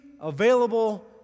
available